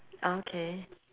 okay